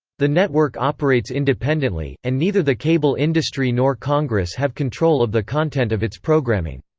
the network operates independently, and neither the cable industry nor congress have control of the content of its programming.